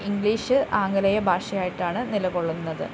English ആംഗലേയ ഭാഷയായിട്ടാണ് നിലകൊള്ളുന്നത്